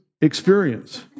experience